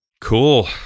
Cool